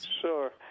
Sure